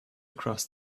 across